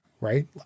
right